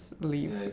leave